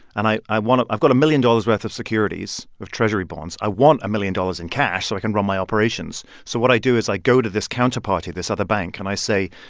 and i i want i've got a million dollars' worth of securities, of treasury bonds. i want a million dollars in cash so i can run my operations. so what i do is i go to this counterparty, this other bank, and i say,